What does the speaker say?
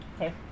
Okay